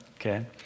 okay